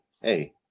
hey